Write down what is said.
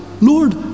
Lord